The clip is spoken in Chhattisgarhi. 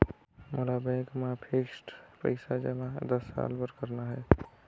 मोला बैंक मा फिक्स्ड पइसा जमा दस साल बार करना हे?